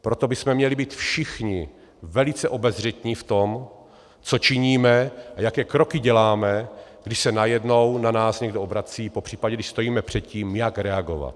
Proto bychom měli být všichni velice obezřetní v tom, co činíme a jaké kroky děláme, když se najednou na nás někdo obrací, popř. když stojíme před tím, jak reagovat.